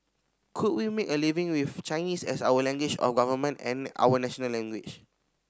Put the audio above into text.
could we make a living with Chinese as our language of government and our national language